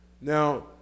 Now